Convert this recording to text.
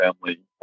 family